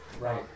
right